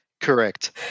Correct